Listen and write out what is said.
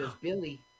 Billy